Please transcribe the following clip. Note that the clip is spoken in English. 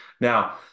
Now